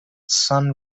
sun